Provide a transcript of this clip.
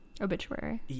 Obituary